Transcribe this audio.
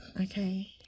okay